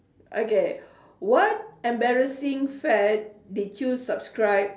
okay what embarrassing fad did you subscribe